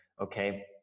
okay